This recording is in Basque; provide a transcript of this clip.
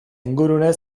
ingurune